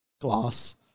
glass